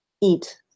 eat